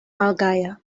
malgaja